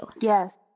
yes